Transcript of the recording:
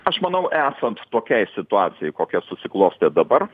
aš manau esant tokiai situacijai kokia susiklostė dabar